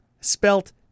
spelt